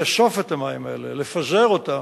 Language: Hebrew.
לאסוף את המים האלה, לפזר אותם,